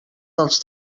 dels